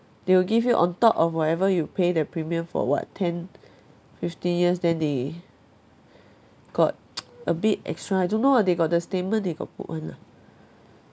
they will give you on top of whatever you pay the premium for what ten fifteen years then they got a bit extra I don't know ah they got the statement they got put [one] lah